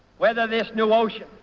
whether this new ocean